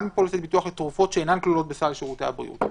גם פוליסות ביטוח לתרופות שאינן כלולות בסל שירותי הבריאות,